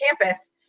campus